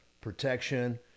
protection